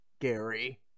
Gary